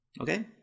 Okay